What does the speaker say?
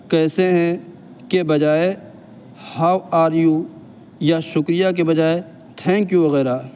کیسے ہیں کے بجائے ہاؤ آر یو یا شکریہ کے بجائے تھینک یو وغیرہ